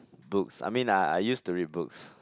books I mean I I used to read books